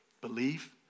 Believe